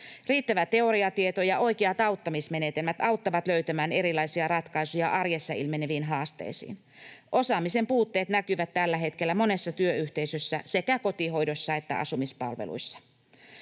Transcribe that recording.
Riittävä teoriatieto ja oikeat auttamismenetelmät auttavat löytämään erilaisia ratkaisuja arjessa ilmeneviin haasteisiin. Osaamisen puutteet näkyvät tällä hetkellä monessa työyhteisössä, sekä kotihoidossa että asumispalveluissa.